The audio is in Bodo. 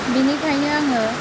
बिनिखायनो आङो